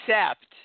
accept